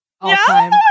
all-time